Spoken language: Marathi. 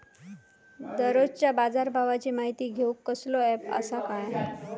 दररोजच्या बाजारभावाची माहिती घेऊक कसलो अँप आसा काय?